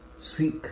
seek